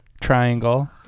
triangle